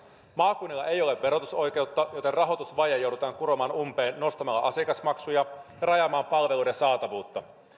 maakunnilla ei ole verotusoikeutta joten rahoitusvaje joudutaan kuromaan umpeen nostamalla asiakasmaksuja ja rajaamalla palveluiden saatavuutta